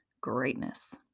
greatness